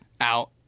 out